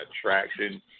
attraction